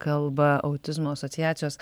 kalba autizmo asociacijos